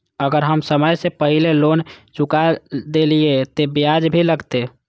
अगर हम समय से पहले लोन चुका देलीय ते ब्याज भी लगते?